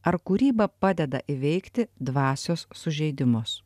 ar kūryba padeda įveikti dvasios sužeidimus